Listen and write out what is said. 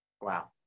Wow